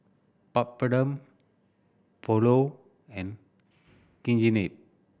Papadum Pulao and Chigenabe